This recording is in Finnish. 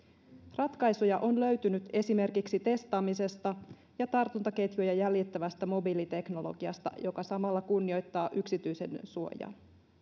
ratkaisuja on löytynyt esimerkiksi testaamisesta ja tartuntaketjuja jäljittävästä mobiiliteknologiasta joka samalla kunnioittaa yksityisyyden suojaa